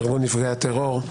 ארגון נפגעי הטרור,